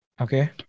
Okay